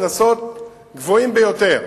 קנסות גבוהים ביותר.